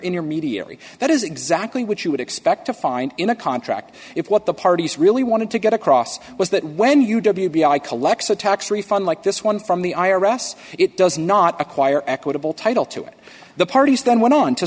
intermediary that is exactly what you would expect to find in a contract if what the parties really wanted to get across was that when you w b i collects a tax refund like this one from the i r s it does not acquire equitable title to it the parties then went on to